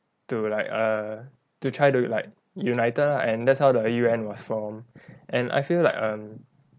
to like err to try to like united lah and that's how the U_N was formed and I feel like um